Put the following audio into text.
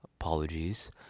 apologies